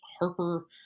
Harper